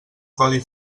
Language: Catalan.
codi